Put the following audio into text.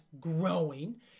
growing